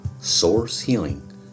sourcehealing